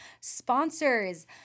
Sponsors